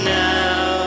now